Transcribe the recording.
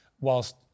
whilst